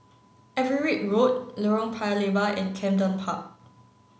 Everitt Road Lorong Paya Lebar and Camden Park